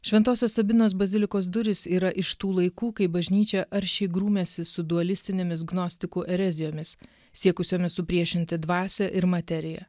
šventosios sabinos bazilikos durys yra iš tų laikų kai bažnyčia aršiai grūmėsi su dualistinėmis gnostikų erezijomis siekusiomis supriešinti dvasią ir materiją